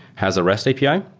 has a rest api.